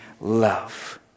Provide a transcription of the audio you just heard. love